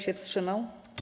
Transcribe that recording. się wstrzymał?